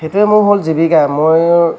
সেইটোৱেই মোৰ হ'ল জীৱিকা মোৰ